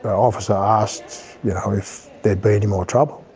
officer asked yeah ah if there'd be any more trouble. i